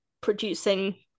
producing